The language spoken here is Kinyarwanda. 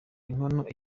inkono